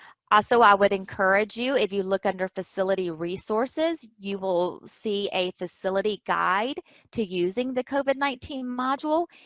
also, i would encourage you, if you look under facility resources, you will see a facility guide to using the covid nineteen module.